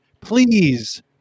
please